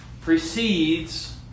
precedes